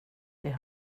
det